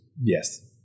yes